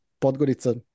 Podgorica